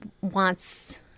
wants